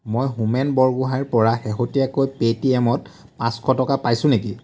মই হোমেন বৰগোহাঞিৰ পৰা শেহতীয়াকৈ পে'টিএমত পাঁচশ টকা পাইছো নেকি